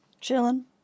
Chilling